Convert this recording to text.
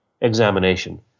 examination